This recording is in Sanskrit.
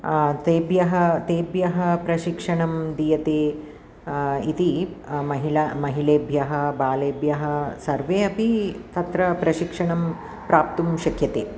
तेभ्यः तेभ्यः प्रशिक्षणं दीयते इति महिला महिलेभ्यः बालेभ्यः सर्वे अपि तत्र प्रशिक्षणं प्राप्तुं शक्यते